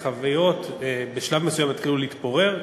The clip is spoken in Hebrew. החביות בשלב מסוים התחילו להתפורר.